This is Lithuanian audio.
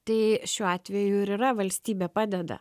tai šiuo atveju ir yra valstybė padeda